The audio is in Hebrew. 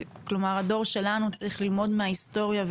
כלומר הדור שלנו צריך ללמוד מההיסטוריה.